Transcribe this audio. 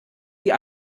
sie